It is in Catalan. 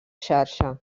xarxa